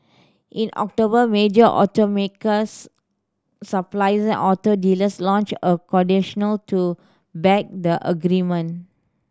in October major auto makers auto dealers launched a to back the agreement